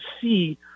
see